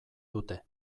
dute